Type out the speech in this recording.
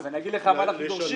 אז אני אגיד לך מה אנחנו דורשים.